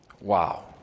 Wow